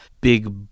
big